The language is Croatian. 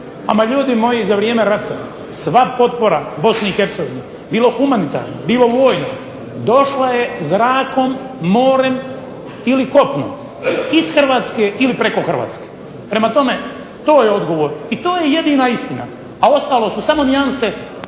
Ama ljudi moji za vrijeme rata sva potpora BiH bilo humanitarna, bilo vojna došla je zrakom, morem ili kopnom iz Hrvatske ili preko Hrvatske. Prema tome, to je odgovor i to je jedina istina, a ostalo su samo nijanse